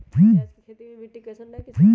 प्याज के खेती मे मिट्टी कैसन रहे के चाही?